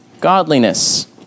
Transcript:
godliness